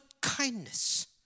kindness